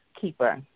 keeper